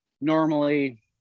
Normally